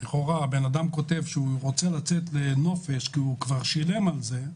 האדם כותב שהוא רוצה לצאת לנופש ושהוא כבר שילם עליו,